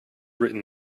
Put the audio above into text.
written